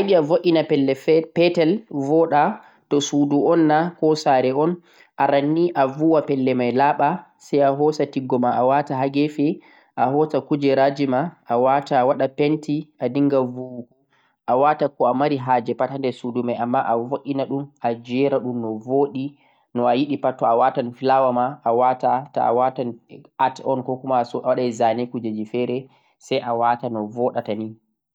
Ta'ayiɗe a fauna sudu fere koh pelle fere, arannii a vuwa pelle mai laɓa, sai a veddéta tiggo ma, a jera kujeraji ma, sai a wata leppol henirde ɓoɗɗun, sai a kunna turaren wuta